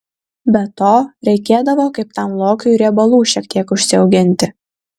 be to reikėdavo kaip tam lokiui riebalų šiek tiek užsiauginti